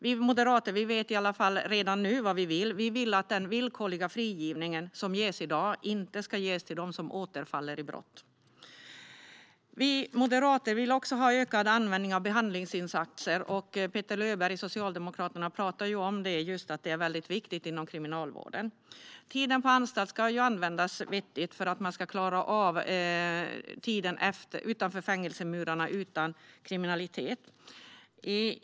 Vi moderater vet redan nu vad vi vill - vi vill att den villkorliga frigivning som ges i dag inte ska medges dem som återfaller i brott. Vi moderater vill också ha ökad användning av behandlingsinsatser. Petter Löberg från Socialdemokraterna talade om att detta är väldigt viktigt inom kriminalvården. Tiden på anstalt ska användas vettigt för att man ska klara av tiden utanför fängelsemurarna utan kriminalitet.